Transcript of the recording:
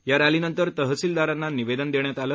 या रॅलीनंतर तहसीलदारांना निवेदन देण्यात आलं